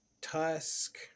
Tusk